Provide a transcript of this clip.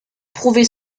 prouver